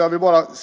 Jag vill bara kort